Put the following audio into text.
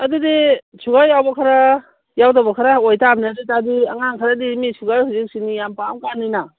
ꯑꯗꯨꯗꯤ ꯁꯨꯒꯔ ꯌꯥꯎꯕ ꯈꯔ ꯌꯥꯎꯗꯕ ꯈꯔ ꯑꯣꯏꯇꯕꯅꯤ ꯑꯗꯨ ꯑꯣꯏꯇꯔꯗꯤ ꯑꯉꯥꯡ ꯈꯔꯗꯤ ꯃꯤ ꯁꯨꯒꯔ ꯍꯧꯖꯤꯛ ꯆꯤꯅꯤ ꯌꯥꯝ ꯄꯥꯝ ꯀꯥꯟꯅꯤꯅ